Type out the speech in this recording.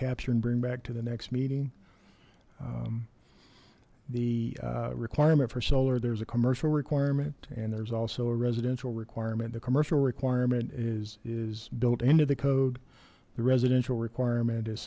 capture and bring back to the next meeting the requirement for solar there's a commercial requirement and there's also a residential requirement the commercial requirement is is built into the code the residential requirement is